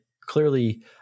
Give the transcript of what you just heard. clearly